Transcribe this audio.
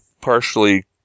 partially